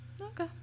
Okay